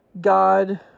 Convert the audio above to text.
God